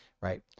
right